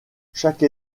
chaque